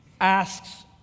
asks